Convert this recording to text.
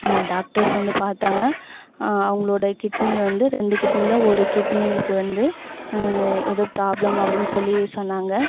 doctors வந்து பார்த்தாங்க அவங்களோட கிட்னியை வந்து ரெண்டு கிட்னியில் ஒரு கிட்னிக்கு வந்து ஏதோ ப்ராப்ளம் அப்படின்னு சொல்லி சொன்னாங்க